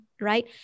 right